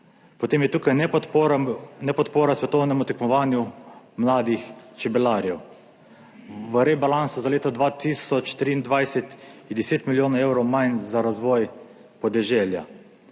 Potem je tukaj ne podpora svetovnemu tekmovanju mladih čebelarjev. V rebalansu za leto 2023, je 10 milijonov evrov manj za razvoj podeželja.